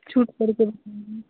छूट करके बता रहे हैं